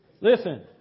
Listen